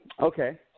Okay